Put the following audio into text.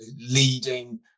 leading